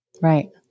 Right